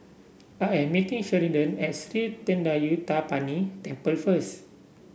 I am meeting Sheridan at Sri Thendayuthapani Temple first